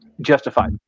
justified